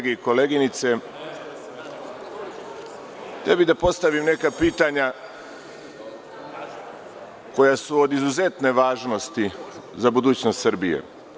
kolege i koleginice, postavio bih neka pitanja koja su od izuzetne važnosti za budućnost Srbije.